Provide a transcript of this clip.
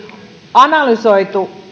analysoitu